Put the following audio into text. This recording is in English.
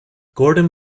gordon